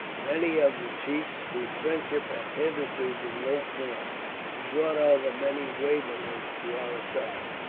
many of the chiefs whose friendship had hitherto been lukewarm and brought over many waverers to our side.